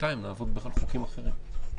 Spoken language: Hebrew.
בינתיים נעבוד על חוקים אחרים.